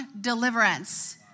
deliverance